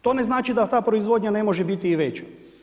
To ne znači da ta proizvodnja ne može biti i veća.